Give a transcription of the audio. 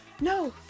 no